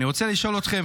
אני רוצה לשאול אתכם,